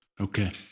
Okay